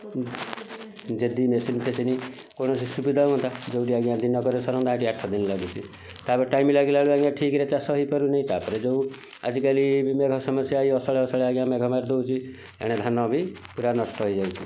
ଯଦି ମେସିନ୍ ଫେସିନ୍ କୌଣସି ସୁବିଧା ହୁଅନ୍ତା ଯେଉଁଠି ଆଜ୍ଞା ଦିନକରେ ସରନ୍ତା ଆଠ ଦିନ ଲାଗୁଛି ତା'ପରେ ଟାଇମ୍ ଲାଗିଲାବେଳକୁ ଆଜ୍ଞା ଠିକ୍ ରେ ଚାଷ ହେଇପାରୁନି ତା'ପରେ ଯେଉଁ ଆଜିକାଲି ମେଘ ସମସ୍ୟା ଏଇ ଅସରାଏ ଅସରାଏ ଆଜ୍ଞା ମେଘ ମାରି ଦଉଛି ଏଣେ ଧାନବି ପୁରା ନଷ୍ଟ ହେଇଯାଉଛି